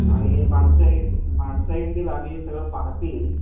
आणि माणसं ये माणसं येतील आधी सगळं पाहतील